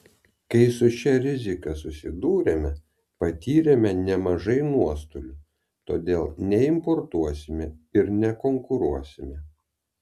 kai su šia rizika susidūrėme patyrėme nemažai nuostolių todėl neimportuosime ir nekonkuruosime